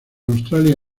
australia